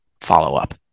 follow-up